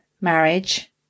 marriage